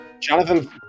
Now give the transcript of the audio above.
Jonathan